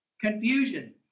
confusion